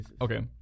Okay